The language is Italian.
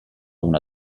una